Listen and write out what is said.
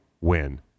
win